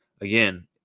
again